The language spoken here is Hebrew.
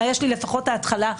לפחות ההתחלה,